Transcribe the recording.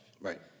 Right